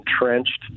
entrenched